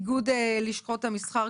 נשיא איגוד לשכות המסחר,